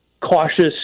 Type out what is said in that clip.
cautious